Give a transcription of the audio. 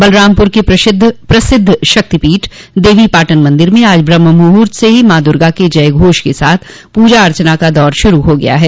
बलरामपुर के प्रसिद्ध शक्तिपीठ देवीपाटन मंदिर में आज ब्रह्ममुहूर्त से माँ दुर्गा के जयघोष के साथ पूजा अर्चना का दौर शुरू हो गया है